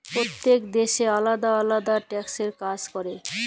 প্যইত্তেক দ্যাশের আলেদা আলেদা ট্যাক্সের কাজ ক্যরে